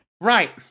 right